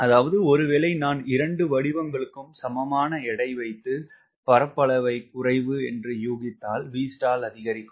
அதாவது ஒருவேளை நான் இரண்டு வடிவங்களும் சமமான எடை வைத்து பரப்பு குறைவு என்று ஊகித்தால் Vstall அதிகரிக்கும்